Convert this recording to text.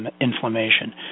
inflammation